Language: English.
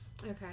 Okay